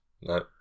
no